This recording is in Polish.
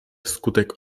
wskutek